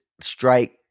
Strike